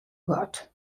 gat